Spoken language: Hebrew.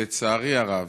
לצערי הרב,